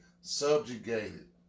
subjugated